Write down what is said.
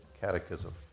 Catechism